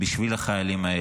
בשביל החיילים האלה